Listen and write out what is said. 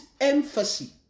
emphasis